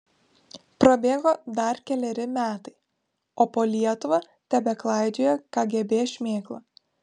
prabėgo dar keleri metai o po lietuvą tebeklaidžioja kgb šmėkla